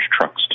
trucks